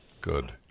Good